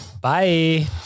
Bye